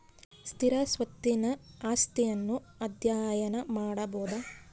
ಸ್ಥಿರ ಸ್ವತ್ತಿನ ಆಸ್ತಿಯನ್ನು ಅಧ್ಯಯನ ಮಾಡಬೊದು